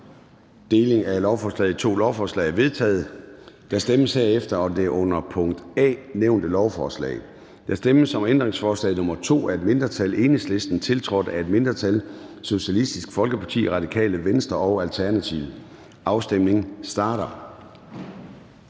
Deling af lovforslaget i to lovforslag er vedtaget. Der stemmes herefter om det under A nævnte lovforslag: Der stemmes om ændringsforslag nr. 2 af et mindretal (EL), tiltrådt af et mindretal (SF, RV og ALT). Afstemningen starter.